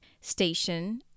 station